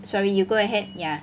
sorry you go ahead ya